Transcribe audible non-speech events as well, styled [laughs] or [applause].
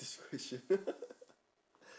this question [laughs]